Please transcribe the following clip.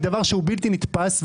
היא דבר בלתי נתפס.